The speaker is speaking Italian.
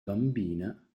bambina